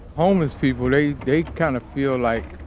homeless people, they, they kind of feel like,